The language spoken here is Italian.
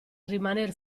rimaner